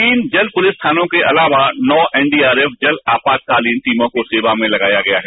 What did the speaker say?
तीन जल पुलिस थानों के अलावा नौ एन डी आर एफ जल आपात कालीन तीनों को सेवा की लगाया गया है